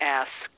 ask –